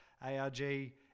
ARG